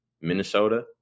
Minnesota